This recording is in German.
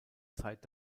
zeit